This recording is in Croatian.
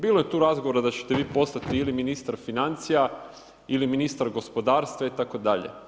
Bilo je tu razgovora da ćete vi postati ili ministar financija ili ministar gospodarstva itd.